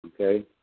Okay